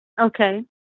Okay